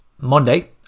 monday